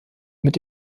mit